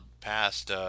past